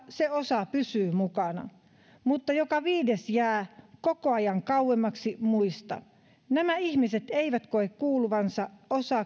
se osa pysyy mukana mutta joka viides jää koko ajan kauemmaksi muista nämä ihmiset eivät koe kuuluvansa